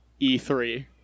E3